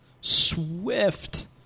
swift